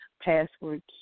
Password